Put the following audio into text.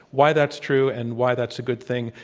why that's true and why that's a good thing.